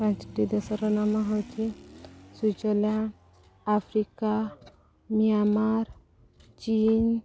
ପାଞ୍ଚଟି ଦେଶର ନାମ ହଉଛି ସୁଇଜରଲ୍ୟାଣ୍ଡ୍ ଆଫ୍ରିକା ମିଆଁମାର୍ ଚୀନ୍